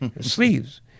sleeves